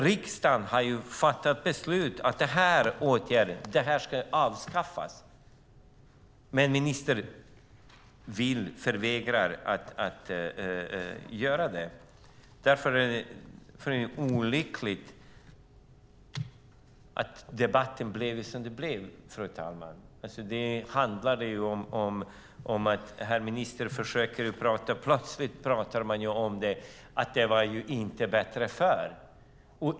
Riksdagen har fattat beslut om att fas 3 ska avskaffas, men ministern vägrar att göra det. Det är olyckligt att debatten blivit som den blivit, fru talman. Nu säger ministern att det inte var bättre förr.